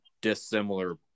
dissimilar